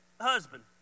husband